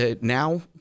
now